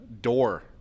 door